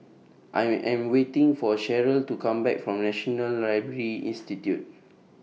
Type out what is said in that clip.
I Am waiting For Cheryll to Come Back from National Library Institute